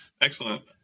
Excellent